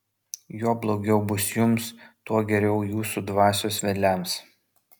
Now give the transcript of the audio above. juo blogiau bus jums tuo geriau jūsų dvasios vedliams